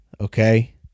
okay